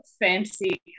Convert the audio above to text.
fantasy